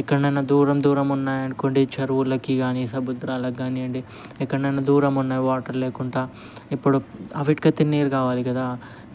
ఎక్కడైనా దూరం దూరం ఉన్నాయి అనుకోండి చెరువులోకి కానీ సముద్రాలకి కానివ్వండి ఎక్కడైనా దూరం ఉన్న వాటర్ లేకుండా ఇప్పుడు వాటికి అయితే నీరు కావాలి కదా